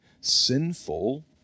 sinful